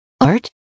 Art